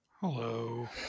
Hello